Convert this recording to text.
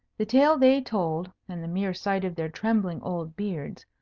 the tale they told, and the mere sight of their trembling old beards,